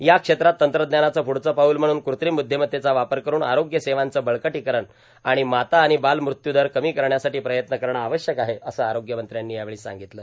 या क्षेत्रात तंत्रज्ञानाचं प्ढचं पाऊल म्हणून कृत्रिम ब्रद्धिमत्तेचा वापर करून आरोग्य सेवांचं बळकटोकरण आर्ाण माता आर्ाण बालमृत्यू दर कमी करण्यासाठां प्रयत्न करणे आवश्यक आहे असं आरोग्यमंत्र्यांनी यावेळी सांगतलं